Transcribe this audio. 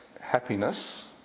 happiness